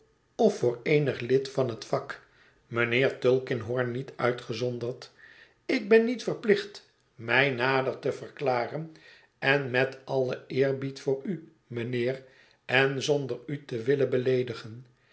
voor eenig lid van het vak mijnheer tulkinghorn niet uitgezonderd ik ben niet verplicht mij nader te verklaren en met allen eerbied voor u mijnheer en zonder u te willen beleedigen